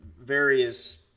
various